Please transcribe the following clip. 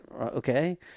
okay